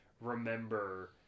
remember